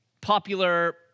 popular